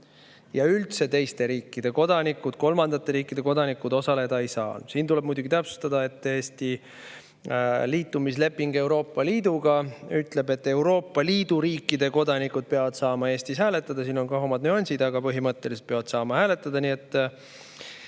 ja üldse teiste riikide kodanikud, kaasa arvatud kolmandate riikide kodanikud, osaleda ei saaks. Siin tuleb muidugi täpsustada, et Eesti liitumisleping Euroopa Liiduga ütleb, et Euroopa Liidu riikide kodanikud peavad saama Eestis hääletada. Siin on ka omad nüansid, aga põhimõtteliselt nad peavad saama hääletada. Nii et